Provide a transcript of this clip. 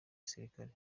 gisirikare